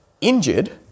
injured